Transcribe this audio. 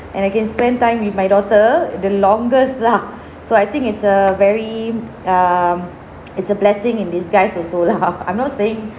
and I can spend time with my daughter the longest lah so I think it's a very um it's a blessing in disguise also lah I'm not saying